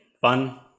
Fun